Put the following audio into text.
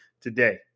today